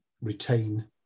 retain